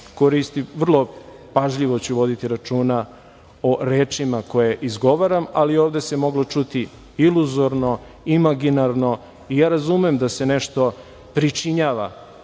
garderobi. Vrlo pažljivo ću voditi računa o rečima kojima izgovaram, ali ovde se moglo čuti - iluzorno, imaginarno. Ja razumem da se nešto pričinjava